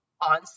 on